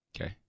Okay